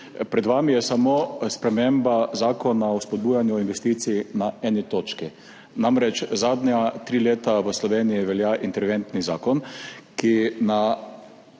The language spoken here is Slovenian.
Pred vami je samo sprememba Zakona o spodbujanju investicij na eni točki. Namreč zadnja 3 leta v Sloveniji velja interventni zakon, ki na